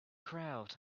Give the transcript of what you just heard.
crowd